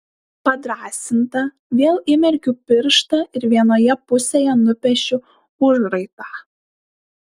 padrąsinta vėl įmerkiu pirštą ir vienoje pusėje nupiešiu užraitą